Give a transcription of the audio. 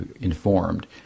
informed